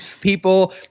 people